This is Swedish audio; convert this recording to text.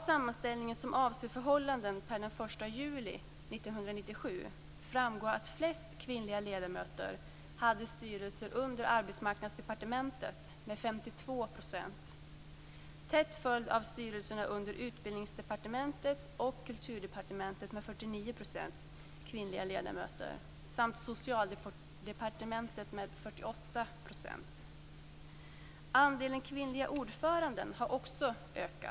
52 %, hade styrelser som lyder under Arbetsmarknadsdepartementet, tätt följda av styrelserna som lyder under Utbildningsdepartementet och Kulturdepartementet med 49 % kvinnliga ledamöter samt Andelen kvinnliga ordföranden har också ökat.